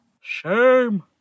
Shame